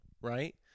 right